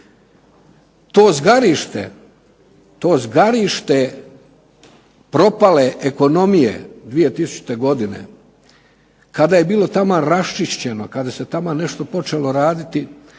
To zgarište propale ekonomije 2000. godine kada je bilo taman raščišćeno, kada se taman nešto počelo raditi